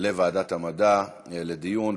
לוועדת המדע לדיון.